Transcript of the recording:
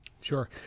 sure